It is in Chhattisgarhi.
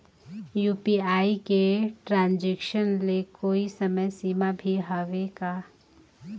यू.पी.आई के ट्रांजेक्शन ले कोई समय सीमा भी हवे का?